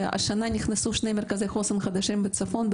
השנה נכנסו שני מרכזי חוסן חדשים בצפון,